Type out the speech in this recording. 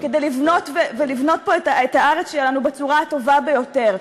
כדי לבנות ולבנות פה את הארץ שלנו בצורה הטובה ביותר.